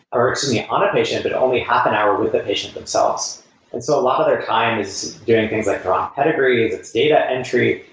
or excuse me, on a patient, but only half an hour with a patient themselves a lot of their time is doing things like drop pedigree, it's data entry.